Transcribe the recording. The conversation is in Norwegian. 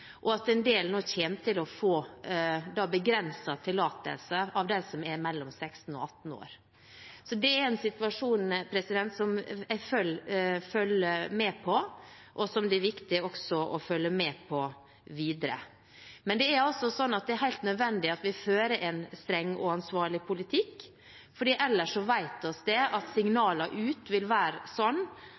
og at en del av dem som er mellom 16 og 18 år, nå kommer til å få begrenset tillatelse. Det er en situasjon som jeg følger med på, og som det også er viktig å følge med på videre. Men det er helt nødvendig at vi fører en streng og ansvarlig politikk, for ellers vet vi at signalene ut vil være